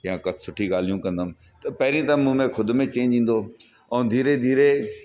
या का सुठी ॻाल्हियूं कंदुमि त पहिरीं त मूं में ख़ुदि में चेंज ईंदो ऐं धीरे धीरे